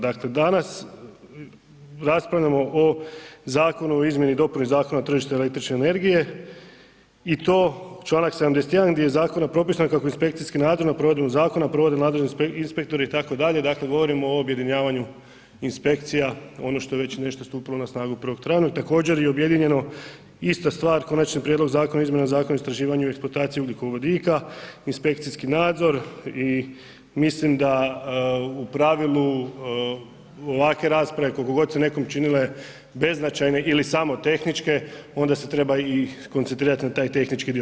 Dakle danas raspravljamo o Zakonu o izmjeni i dopuni Zakona o tržištu električne energije i to članak 71. gdje je zakonom propisano kako inspekcijski nadzor nad provedbom zakona provode nadležni inspektori itd., dakle govorimo o objedinjavaju inspekcija, ono što je već nešto stupilo na snagu 1. travnja, također je i objedinjeno ista stvar Konačni prijedlog zakona o izmjenama Zakona o istraživanju i eksploataciji ugljikovodika, inspekcijski nadzor i mislim da u pravilu ovakve rasprave koliko god se nekom činile beznačajne ili samo tehničke onda se treba i skoncentrirati na taj tehnički dio.